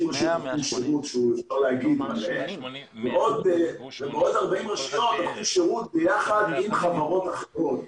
50- -- ועוד 40 רשויות נותנים שירות ביחד עם חברות אחרות,